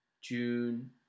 June